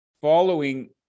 following